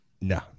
no